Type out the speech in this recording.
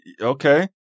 Okay